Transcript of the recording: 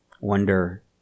wonder